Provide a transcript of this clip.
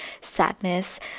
sadness